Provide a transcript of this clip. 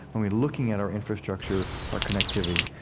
when we are looking at our infrastructure, our connectivity.